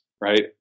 right